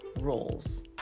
roles